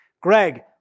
Greg